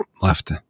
left